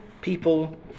people